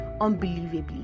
unbelievably